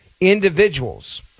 individuals